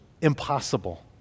impossible